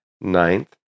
ninth